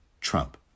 Trump